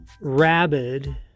rabid